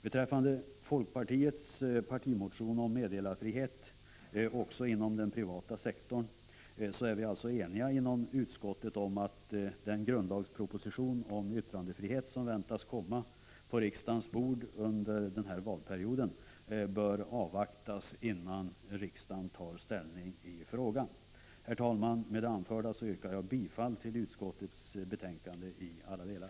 Beträffande folkpartiets partimotion om meddelarfrihet också inom den privata sektorn är vi i utskottet eniga om att den grundlagsproposition om yttrandefrihet som väntas komma på riksdagens bord under denna valperiod bör avvaktas innan riksdagen tar ställning i frågan. Herr talman! Med det anförda yrkar jag bifall till utskottets hemställan i alla delar.